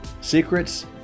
Secrets